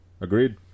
Agreed